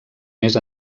més